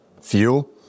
fuel